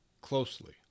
closely